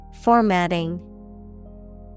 Formatting